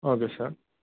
okay sir